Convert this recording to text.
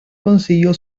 consiguió